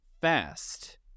fast